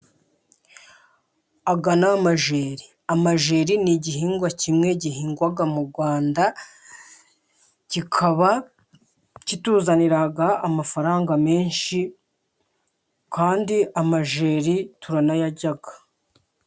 Aya ni amajyeri. Amajyeri ni igihingwa kimwe gihingwa mu Rwanda, kikaba kituzanira amafaranga menshi, kandi amajyeri turanayarya.